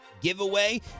giveaway